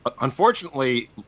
unfortunately